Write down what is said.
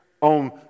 on